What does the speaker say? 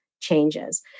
Changes